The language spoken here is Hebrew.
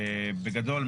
בגדול,